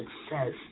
success